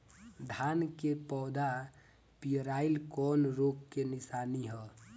धान के पौधा पियराईल कौन रोग के निशानि ह?